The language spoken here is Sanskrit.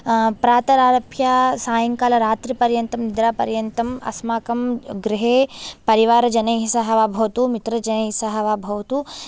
प्रातरारभ्य सायङ्कालरात्रिपर्यन्तं निद्रापर्यन्तम् अस्माकं गृहे परिवारजनैस्सह वा भवतु मित्रजनैस्सह वा भवतु